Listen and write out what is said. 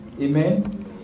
Amen